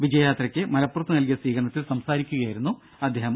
വിജയ യാത്രയ്ക്ക് മലപ്പുറത്തു നൽകിയ സ്വീകരണത്തിൽ സംസാരിക്കുകയായിരുന്നു സുരേന്ദ്രൻ